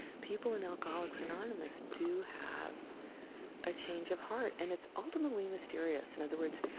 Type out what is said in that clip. people in alcoholics anonymous do have a change of heart. and it's ultimately mysterious. in other words,